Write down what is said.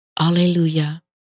Alleluia